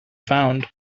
found